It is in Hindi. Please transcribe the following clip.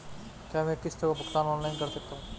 क्या मैं किश्तों का भुगतान ऑनलाइन कर सकता हूँ?